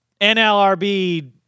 NLRB